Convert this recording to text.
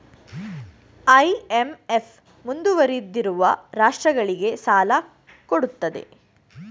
IMF ಮುಂದುವರಿದಿರುವ ರಾಷ್ಟ್ರಗಳಿಗೆ ಸಾಲ ಕೊಡುತ್ತದೆ